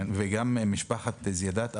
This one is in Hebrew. וגם משפחת זיאדאת?